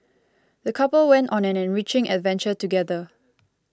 the couple went on an enriching adventure together